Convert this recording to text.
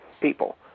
people